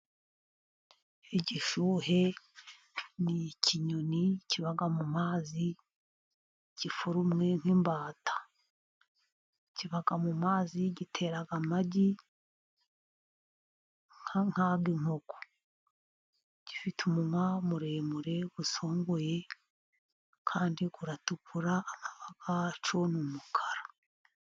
Igishuhe ni ikinyoni kiba mu mazi, giforumwe nk'imbata. Kiba mu mazi, gitera amagi nk'ay'inkoko. Gifite umunwa muremure usongoye, kandi uratukura, akanwa kacyo ni umukara